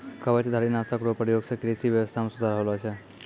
कवचधारी नाशक रो प्रयोग से कृषि व्यबस्था मे सुधार होलो छै